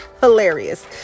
hilarious